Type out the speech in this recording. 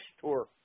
Tour